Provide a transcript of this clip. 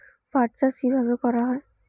পাট চাষ কীভাবে করা হয়?